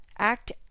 Act